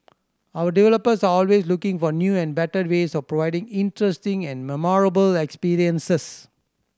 our developers are always looking for new and better ways of providing interesting and memorable experiences